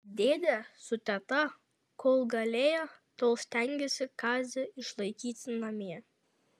dėdė su teta kol galėjo tol stengėsi kazį išlaikyti namie